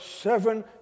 seven